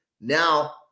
Now